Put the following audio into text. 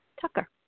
Tucker